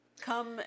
Come